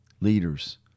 leaders